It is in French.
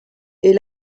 est